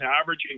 averaging